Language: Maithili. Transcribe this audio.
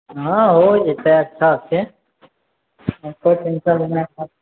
हँ हो जेतै अच्छासँ अच्छा कनि कालमे नहि हएत तऽ